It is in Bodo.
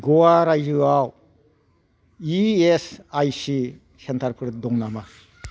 ग'वा रायजोआव इ एस आइ सि सेन्टारफोर दं नामा